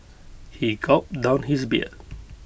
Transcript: he gulped down his beer